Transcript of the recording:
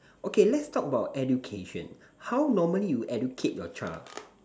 okay let's talk about education how normally you educate your child